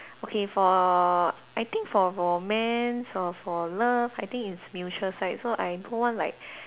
okay for I think for romance or for love I think it's mutual side so I don't want like